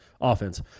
Offense